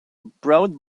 broad